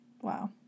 Wow